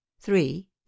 three